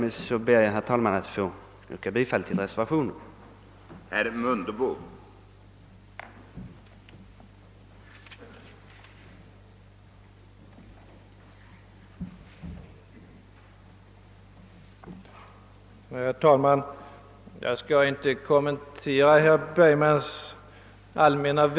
Med det sagda ber jag att få yrka bifall till reservationen 7.